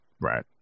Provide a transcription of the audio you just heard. Right